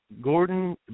Gordon